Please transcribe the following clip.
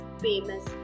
famous